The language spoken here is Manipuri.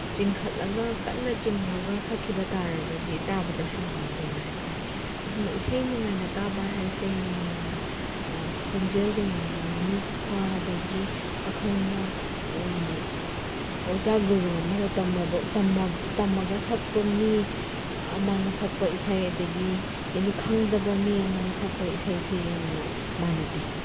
ꯆꯤꯡꯈꯠꯂꯒ ꯀꯟꯅ ꯆꯤꯡꯉꯒ ꯁꯛꯈꯤꯕ ꯇꯥꯔꯒꯗꯤ ꯇꯥꯕꯗꯁꯨ ꯌꯥꯝꯅ ꯅꯨꯡꯉꯥꯏꯔꯔꯣꯏ ꯑꯗꯨꯅ ꯏꯁꯩ ꯅꯨꯡꯉꯥꯏꯅ ꯇꯥꯕ ꯍꯥꯏꯁꯦ ꯌꯥꯝꯅ ꯈꯣꯟꯖꯦꯜꯗꯣ ꯌꯥꯝ ꯅꯤꯛꯄ ꯑꯗꯒꯤ ꯑꯩꯈꯣꯏꯅ ꯑꯣꯖꯥ ꯒꯨꯔꯨ ꯑꯃꯗ ꯇꯝꯃꯒ ꯁꯛꯄ ꯃꯤ ꯑꯃꯅ ꯁꯛꯄ ꯏꯁꯩ ꯑꯗꯒꯤ ꯈꯪꯗꯕ ꯃꯤ ꯑꯃꯅ ꯁꯛꯄ ꯏꯁꯩꯁꯤ ꯌꯥꯝꯅ ꯃꯥꯟꯅꯗꯦ